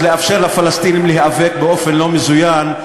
אז לאפשר לפלסטינים להיאבק באופן לא מזוין,